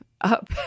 up